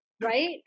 Right